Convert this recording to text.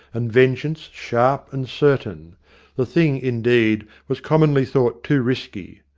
and vengeance sharp and certain the thing, indeed, was commonly thought too risky.